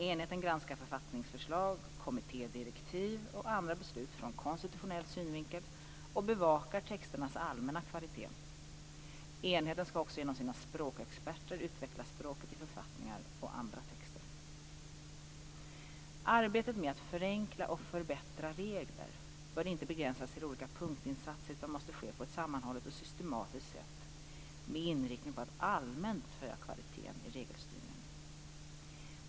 Enheten granskar författningsförslag, kommittédirektiv och andra beslut ur konstitutionell synvinkel och bevakar texternas allmänna kvalitet. Enheten skall också genom sina språkexperter utveckla språket i författningar och andra texter. Arbetet med att förenkla och förbättra regler bör inte begränsas till olika punktinsatser utan måste ske på ett sammanhållet och systematiskt sätt med inriktning på att allmänt höja kvaliteten i regelstyrningen.